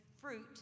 fruit